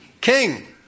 king